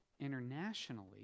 internationally